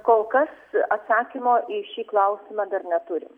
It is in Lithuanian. kol kas atsakymo į šį klausimą dar neturim